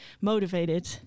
motivated